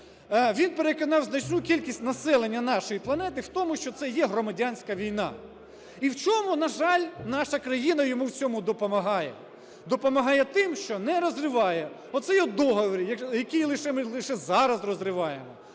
він переконав значну кількість населення нашої планети в тому, що це є громадянська війна, і в чому, на жаль, наша країна йому в цьому допомагає. Допомагає тим, що не розриває оцей от договір, який лише, ми лише зараз розриваємо,